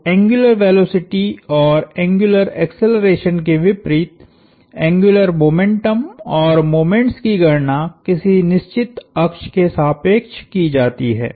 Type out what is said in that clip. तो angular velocity और angular acceleration के विपरीत एंग्युलर मोमेंटम और मोमेंट्स की गणना किसी निश्चित अक्ष के सापेक्ष की जाती है